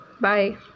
Bye